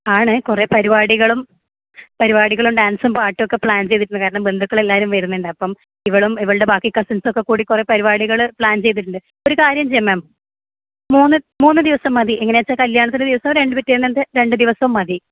ആണ് കുറെ പരിപാടികളും പരിപാടികളും ഡാൻസും പാട്ടുമൊക്കെ പ്ലാൻ ചെയ്തിട്ടുണ്ട് കാരണം ബന്ധുക്കളെല്ലാവരും വരുന്നുണ്ട് അപ്പം ഇവളും ഇവളുടെ ബാക്കി കസിൻസുമൊക്കെക്കൂടി കുറെ പരിപാടികൾ പ്ലാൻ ചെയ്തിട്ടുണ്ട് ഒരു കാര്യം ചെയ്യാം മാം മൂന്ന് മൂന്നുദിവസം മതി എങ്ങനെയാച്ചാൽ കല്യാണത്തിൻ്റെ ദിവസോം രണ്ട് പിറ്റേന്നത്തെ രണ്ടുദിവസോം മതി